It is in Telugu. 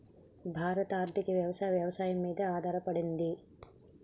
భారత ఆర్థికవ్యవస్ఠ వ్యవసాయం మీదే ఆధారపడింది